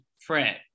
fred